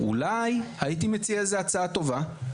אולי הייתי מציע איזו הצעה טובה.